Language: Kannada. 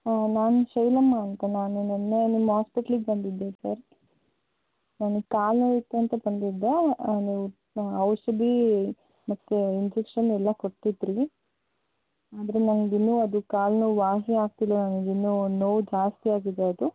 ಹಾಂ ನಾನು ಶೈಲಮ್ಮ ಅಂತ ನಾನು ನಿನ್ನೆ ನಿಮ್ಮ ಆಸ್ಪೆಟ್ಲಿಗೆ ಬಂದಿದ್ದೆ ಸರ್ ನನಗೆ ಕಾಲು ನೋವಿತ್ತು ಅಂತ ಬಂದಿದ್ದೆ ನೀವು ಔಷಧಿ ಮತ್ತು ಇಂಜೆಕ್ಷನ್ ಎಲ್ಲ ಕೊಟ್ಟಿದ್ದಿರಿ ಆದರೆ ನನಗಿನ್ನೂ ಅದು ಕಾಲು ನೋವು ವಾಸಿ ಆಗ್ತಿಲ್ಲ ನನಗಿನ್ನೂ ನೋವು ಜಾಸ್ತಿ ಆಗಿದೆ ಅದು